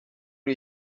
les